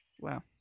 Wow